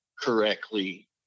correctly